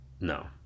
No